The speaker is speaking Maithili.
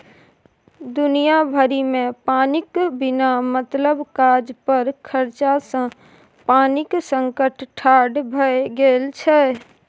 दुनिया भरिमे पानिक बिना मतलब काज पर खरचा सँ पानिक संकट ठाढ़ भए गेल छै